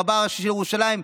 רבה הראשי של ירושלים,